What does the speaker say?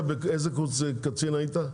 איזה קצין היית?